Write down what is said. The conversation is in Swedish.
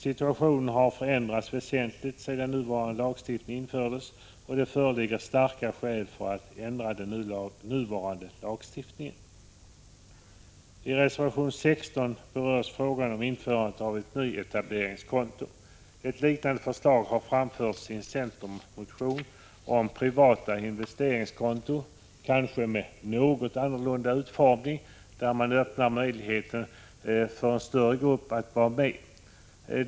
Situationen har förändrats väsentligt sedan nuvarande lagstiftning infördes, och starka skäl föreligger för att ändra den nuvarande lagstiftningen. I reservation 16 berörs frågan om införandet av ett nyetableringskonto. Ett liknande förslag har framförts i en centermotion om privata investeringskonton. Det förslaget har en kanske något annorlunda utformning, som öppnar möjligheterna för en större grupp att ha sådant konto.